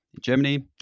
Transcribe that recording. Germany